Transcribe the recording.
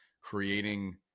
creating